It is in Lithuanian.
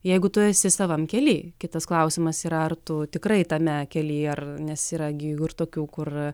jeigu tu esi savam kely kitas klausimas ir ar tu tikrai tame kelyje ar nes yra gi jau ir tokių kur